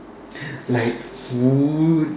like food